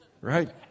right